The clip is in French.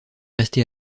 resté